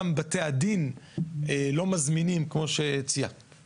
גם בתי הדין לא מזמינים כמו שציינת,